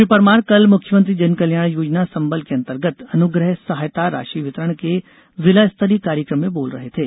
श्री परमार कल मुख्यमंत्री जनकल्याण योजना संबंल के अन्तर्गत अनुग्रह सहायता राशि वितरण के जिला स्तरीय कार्यक्रम में बोल रहे थे